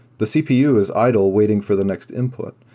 the cpu is idle waiting for the next input.